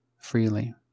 freely